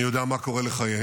אני יודע מה קורה לחייהם,